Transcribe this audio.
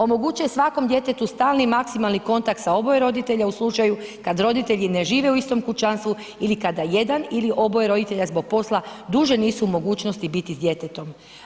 Omogućuje svakom djetetu stalni maksimalni kontakt sa oboje roditelja u slučaju kada roditelji ne žive u istom kućanstvu ili kada jedan ili oboje roditelja zbog posla duže nisu u mogućnosti biti sa djetetom.